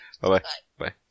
Bye-bye